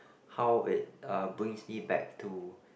how it uh brings me back to